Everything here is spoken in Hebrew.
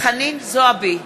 חנין זועבי,